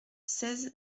seize